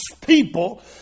people